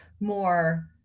more